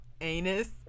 anus